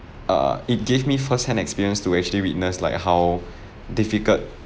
err it gave me first hand experience to actually witness like how difficult